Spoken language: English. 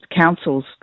councils